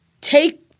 Take